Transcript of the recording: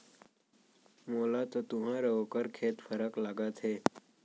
मोला तो तुंहर अउ ओकर खेत फरक लागत हे